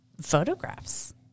photographs